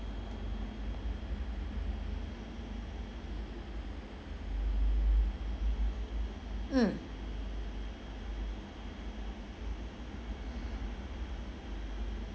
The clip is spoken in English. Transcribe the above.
mm